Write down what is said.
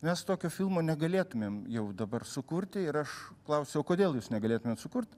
mes tokio filmo negalėtumėm jau dabar sukurti ir aš klausiau o kodėl jūs negalėtumėt sukurt